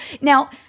Now